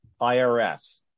IRS